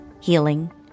healing